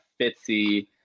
Fitzy